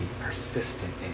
persistent